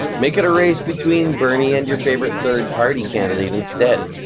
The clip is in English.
make it a race between bernie and your favorite third party candidate instead.